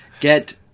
Get